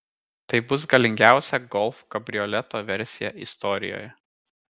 tai bus galingiausia golf kabrioleto versija istorijoje